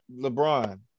LeBron